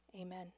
Amen